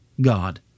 God